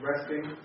resting